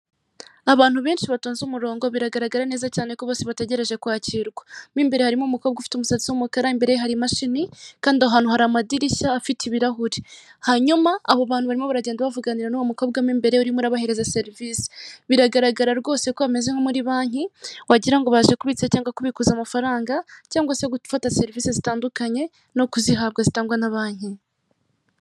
Abantu benshi batonze umurongo biragaragara neza cyane ko bose bategereje kwakirwa, mo imbere harimo umukobwa ufite umusatsi w'umukara imbere ye hari imashini kandi aho hantu hari amadirishya afite ibirahure, hanyuma abo bantu barimo baragenda bavuganira n'uwo mukobwa mo imbere urimo urabahereza serivise. Biragaragara rwose ko hameze nko muri banki wagira ngo baje kubitsa cyangwa kubikuza amafaranga cyangwa se gufata serivise zitandukanye no kuzihabwa zitangwa na banki.